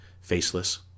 faceless